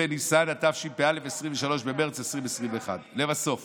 בניסן התשפ"א, 23 במרץ 2021. לבסוף